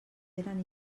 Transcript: eren